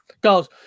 goes